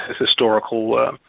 historical